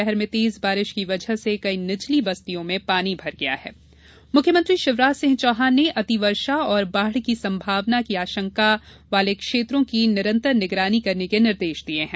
शहर में तेज बारिश की वजह से कई निचली बस्तियों में पानी भर गया मुख्यमंत्री निर्देश मुख्यमंत्री शिवराज सिंह चौहान ने अति वर्षा और बाढ़ की सम्भावना की आशंका वाले क्षेत्रों की निरन्तर निगरानी करने के निर्देश दिये हैं